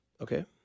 okay